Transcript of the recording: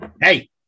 Hey